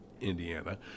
Indiana